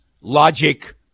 logic